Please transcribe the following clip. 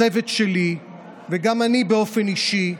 הצוות שלי וגם אני באופן אישי,